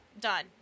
Done